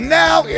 now